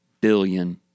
billion